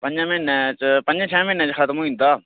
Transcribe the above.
पंजें म्हीनें च पंंजें छें म्हीने च खतम होई जंदा